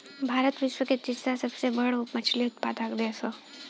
भारत विश्व के तीसरा सबसे बड़ मछली उत्पादक देश ह